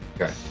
Okay